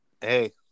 Hey